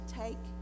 take